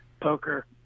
poker